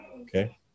Okay